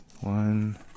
One